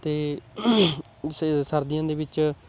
ਅਤੇ ਸੇ ਸਰਦੀਆਂ ਦੇ ਵਿੱਚ